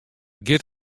giet